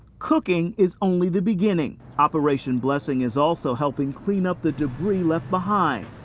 cooking is only the beginning. operation blessing is also helping clean up the debris left behind.